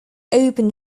opened